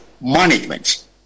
management